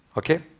okay.